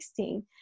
2016